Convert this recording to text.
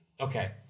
Okay